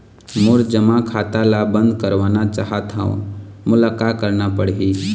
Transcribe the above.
मोर जमा खाता ला बंद करवाना चाहत हव मोला का करना पड़ही?